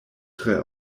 tre